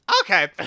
Okay